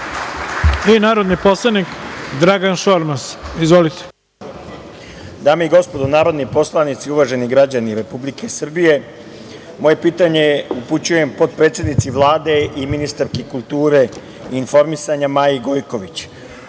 narodni poslanik Dragan Šormaz. **Dragan Šormaz** Dame i gospodo narodni poslanici, uvaženi građani Republike Srbije, moje pitanje upućujem potpredsednici Vlade i ministarki kulture i informisanja Maji Gojković. Naime,